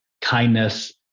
kindness